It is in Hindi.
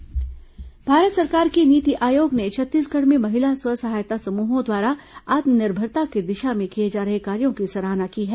नीति आयोग सराहना भारत सरकार के नीति आयोग ने छत्तीसगढ़ में महिला स्व सहायता समूहों द्वारा आत्मनिर्भरता की दिशा में किए जा रहे कार्यों की सराहना की है